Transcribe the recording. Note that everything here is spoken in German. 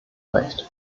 recht